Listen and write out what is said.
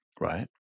right